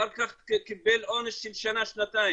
אחר כך קיבל עונש של שנה-שנתיים,